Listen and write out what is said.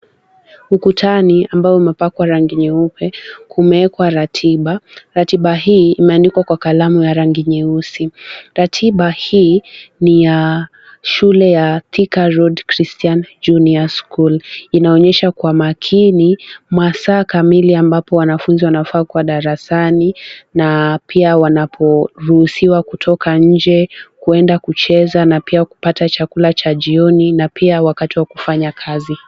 Ukutani ambao umepakwa rangi nyeupe, kumeekwa ratiba, ratiba hii, imeandikwa kwa kalamu ya rangi nyeusi. Ratiba hii, ni ya shule ya Thika Road Christian Junior School, inaonyesha kwa makini, masaa kamili ambapo wanafunzi wanafaa kuwa darasani, na pia wanapo ruhusiwa kutoka nje, kwenda kucheza na pia kupata chakula cha jioni, na pia wakati wa kufanya kazi.